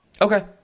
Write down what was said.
Okay